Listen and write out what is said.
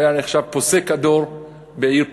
שנחשב פוסק הדור בעיר פראג,